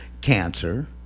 cancer